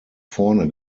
vorne